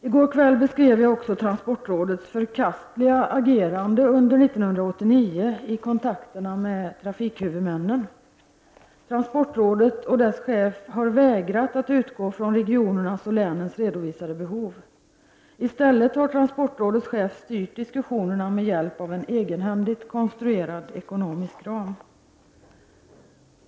I går kväll beskrev jag också transportrådets förkastliga agerande under 1989 i kontakterna med trafikhuvudmännen. Transportrådet och dess chef har vägrat att utgå från regionernas och länens redovisade behov. I stället har transportrådets chef styrt diskussionerna med hjälp av en egenhändigt konstruerad ekonomisk ram.